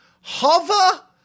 hover